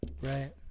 Right